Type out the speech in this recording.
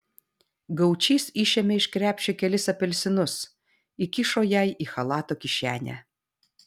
gaučys išėmė iš krepšio kelis apelsinus įkišo jai į chalato kišenę